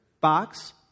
box